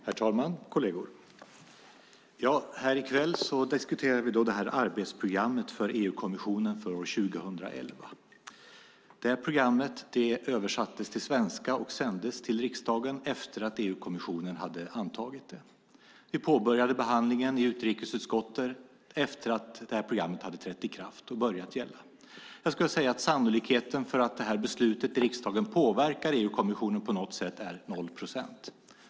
Herr talman! Kolleger! Här i kväll diskuterar vi arbetsprogrammet för EU-kommissionen för 2011. Programmet översattes till svenska och sändes till riksdagen efter att EU-kommissionen hade antagit det. Vi påbörjade behandlingen i utrikesutskottet efter att programmet hade trätt i kraft och börjat gälla. Jag skulle vilja säga att sannolikheten för att vårt beslut här i riksdagen påverkar EU-kommissionen på något sätt är 0 procent.